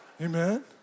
Amen